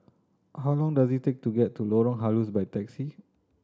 how long does it take to get to Lorong Halus by taxi